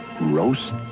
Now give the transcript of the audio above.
roast